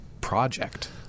project